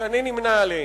שאני נמנה עמהם,